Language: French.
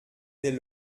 dès